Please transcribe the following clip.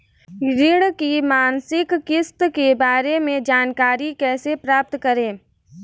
ऋण की मासिक किस्त के बारे में जानकारी कैसे प्राप्त करें?